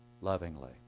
lovingly